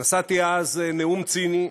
נשאתי אז נאום ציני,